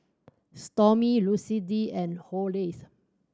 Stormy Lucindy and Horace